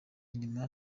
nyuma